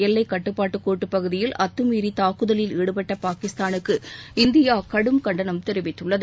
எல்லைக் கட்டுப்பாட்டு கோட்டுப் பகுதியில் அத்தமீறி தாக்குதலில் ஈடுபட்ட பாகிஸ்தானுக்கு இந்தியா கடும் கண்டனம் தெரிவித்துள்ளது